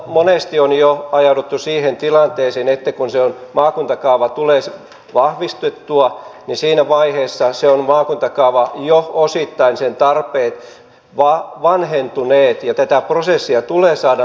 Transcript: monesti on jo ajauduttu siihen tilanteeseen että kun se maakuntakaava tulee vahvistettua niin siinä vaiheessa maakuntakaavan tarpeet ovat osittain jo vanhentuneet ja tätä prosessia tulee saada nopeutettua